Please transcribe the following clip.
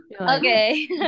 okay